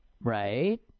Right